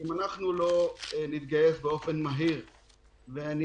אם אנחנו לא נתגייס במהירות ואני